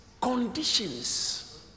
conditions